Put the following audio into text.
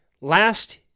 last